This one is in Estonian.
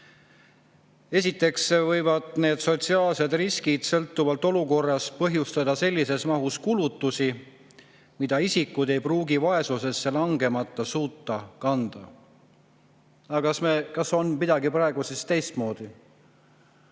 Esiteks võivad need sotsiaalsed riskid sõltuvalt olukorrast põhjustada sellises mahus kulutusi, mida isikud ei pruugi vaesusesse langemata suuta kanda. Aga kas on midagi praegu teistmoodi?